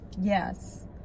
Yes